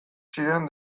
ziren